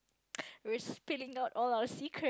we are spilling out all our secret